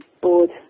board